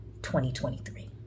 2023